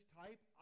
type